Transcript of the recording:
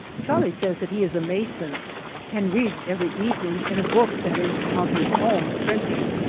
charlie says that he is a mason and reads every evening in a book that is of his own printing.